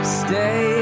stay